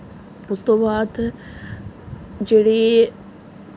ਉਸ ਤੋਂ ਬਾਅਦ ਜਿਹੜੀ